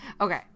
Okay